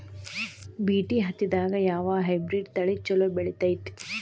BT ಹತ್ತಿದಾಗ ಯಾವ hybrid ತಳಿ ಛಲೋ ಬೆಳಿತೈತಿ?